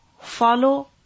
follow